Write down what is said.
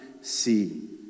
see